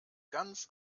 ganz